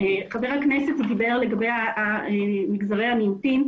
חבר הכנסת דיבר לגבי מגזרי המיעוטים.